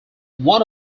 one